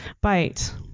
bite